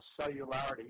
Cellularity